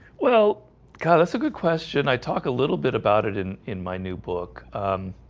well god that's a good question, i talked a little bit about it in in my new book a